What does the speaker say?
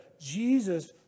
Jesus